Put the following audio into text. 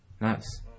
Nice